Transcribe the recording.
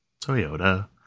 Toyota